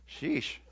sheesh